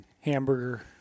Hamburger